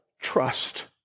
trust